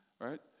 Right